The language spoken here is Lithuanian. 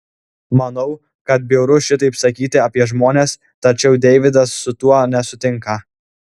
manau kad bjauru šitaip sakyti apie žmones tačiau deividas su tuo nesutinka